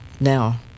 now